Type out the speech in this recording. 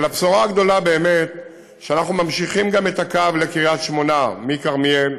אבל הבשורה הגדולה באמת שאנחנו ממשיכים גם את הקו לקריית-שמונה מכרמיאל.